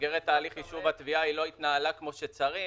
במסגרת הליך יישוב התביעה היא לא התנהלה כמו שצריך,